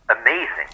amazing